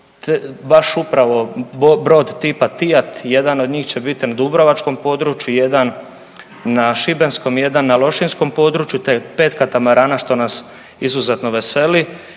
baš upravo brod tipa Tijat, jedan od njih će bit na dubrovačkom području, jedan na šibenskom, jedan na lošinjskom području, te 5 katamarana što nas izuzetno veseli.